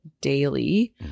daily